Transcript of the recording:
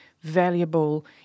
valuable